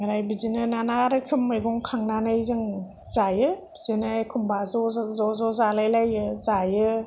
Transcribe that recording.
ओमफ्राय बिदिनो बायदि रोखोम मैगं खानानै जों जायो बिदिनो एखम्बा ज' ज' जालायलायो जायो